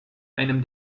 einem